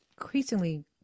increasingly